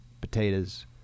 potatoes